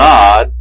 God